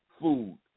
food